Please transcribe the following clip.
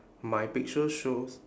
my picture shows